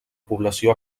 població